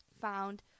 found